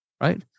Right